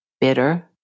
bitter